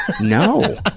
No